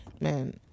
man